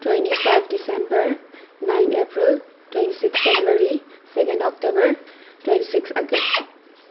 twenty five December nine April twenty six January second October twenty six August